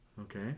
Okay